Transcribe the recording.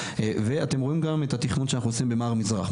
ואתם רואים את התכנון שאנחנו עושים במע"ר מזרח.